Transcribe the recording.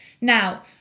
now